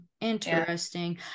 Interesting